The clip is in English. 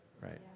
Right